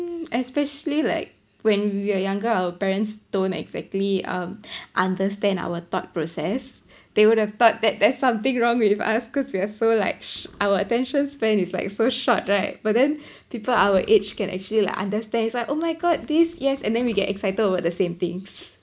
especially like when we're younger our parents don't exactly um understand our thought process they would have thought that there's something wrong with us cause we are so like sh~ our attention span is like so short right but then people our age can actually like understand it's like oh my god this yes and then we get excited over the same things